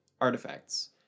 artifacts